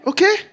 Okay